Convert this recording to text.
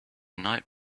night